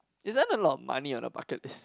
isn't a lot of money on a bucket list